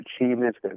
achievements